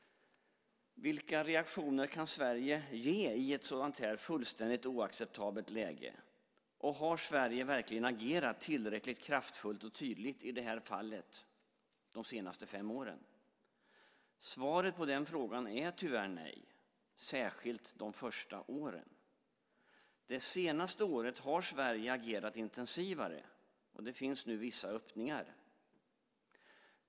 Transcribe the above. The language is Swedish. Vilka reaktioner kan Sverige ge i ett sådant här fullständigt oacceptabelt läge? Har Sverige verkligen agerat tillräckligt kraftfullt och tydligt i det här fallet de senaste fem åren? Svaret på den frågan är tyvärr nej, särskilt de första åren. Det senaste året har Sverige agerat intensivare, och det finns nu vissa öppningar.